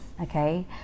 okay